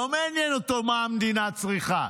לא מעניין אותו מה המדינה צריכה.